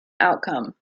outcome